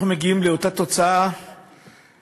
אנחנו מגיעים לאותה תוצאה רצויה: